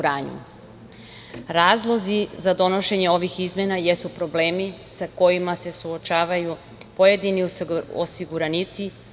Razlozi za donošenje ovih izmena jesu problemi sa kojima se suočavaju pojedini osiguranici.